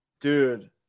Dude